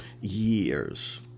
years